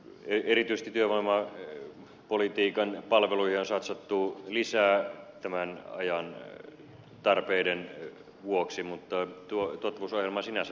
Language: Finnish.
erityisesti työvoimapolitiikan palveluihin on satsattu lisää tämän ajan tarpeiden vuoksi mutta tuottavuusohjelma sinänsä toteutetaan